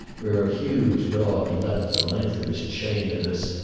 where a huge dog leaped the length of his chain at us,